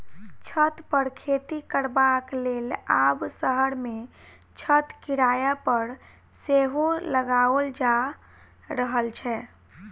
छत पर खेती करबाक लेल आब शहर मे छत किराया पर सेहो लगाओल जा रहल छै